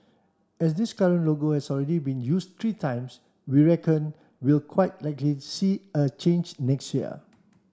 as this current logo has already been used three times we reckon we'll quite likely see a change next year